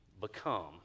become